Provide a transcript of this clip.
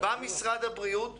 בא משרד הבריאות ואומר: